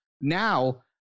now